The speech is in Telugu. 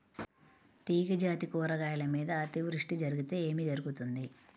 తీగజాతి కూరగాయల మీద అతివృష్టి జరిగితే ఏమి జరుగుతుంది?